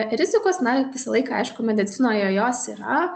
rizikos na visą laiką aišku medicinoje jos yra